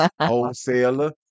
wholesaler